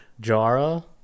Jara